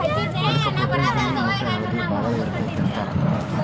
ಅಧಿಕ protein, vitamin ಮೊಟ್ಟೆಯ ಹಳದಿ ಭಾಗದಾಗ ಇರತತಿ ಅಂತಾರ